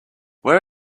where